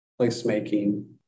placemaking